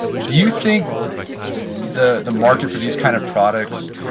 do you think the the market for these kind of products,